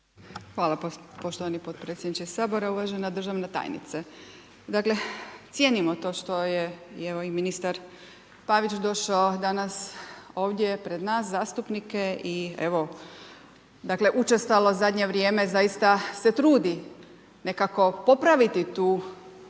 vam poštovani potpredsjedniče Sabora. Uvažena državna tajnice, dakle cijenimo to što je i evo i ministar Pavić došao danas ovdje pred nas zastupnike i evo dakle učestalo u zadnje vrijeme zaista se trudi nekako popraviti tu sliku